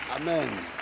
Amen